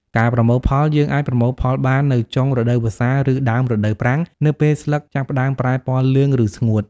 ការប្រមូលផល យើយអាចប្រមូលផលបាននៅចុងរដូវវស្សា ឬដើមរដូវប្រាំងនៅពេលស្លឹកចាប់ផ្តើមប្រែពណ៌លឿង ឬស្ងួត។